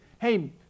Hey